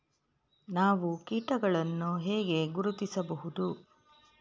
ನಾವು ಕೀಟಗಳನ್ನು ಹೇಗೆ ಗುರುತಿಸಬಹುದು?